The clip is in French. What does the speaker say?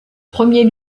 premier